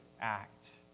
act